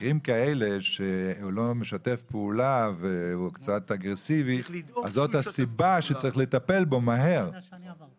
כשהכול בסדר ובאמת הוא יכול להתחיל להימנות